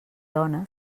dona